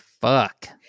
fuck